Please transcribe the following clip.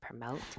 promote